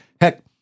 heck